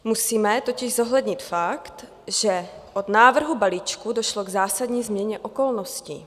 Musíme totiž zohlednit fakt, že od návrhu balíčku došlo k zásadní změně okolností.